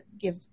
give